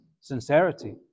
sincerity